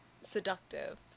seductive